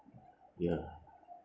ya